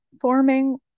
forming